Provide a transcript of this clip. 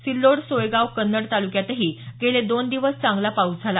सिल्लोड सोयगाव कन्नड ताल्क्यातही गेले दोन दिवस चांगला पाऊस झाला